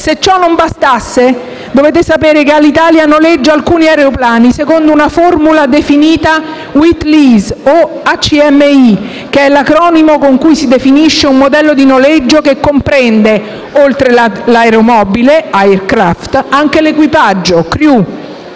Se ciò non bastasse, dovete sapere che Alitalia noleggia alcuni aeroplani secondo una formula definita Wet Lease o ACMI che è l'acronimo con cui si definisce un modello di noleggio che comprende, oltre l'aeromobile (*aircraft*) anche l'equipaggio (*crew*),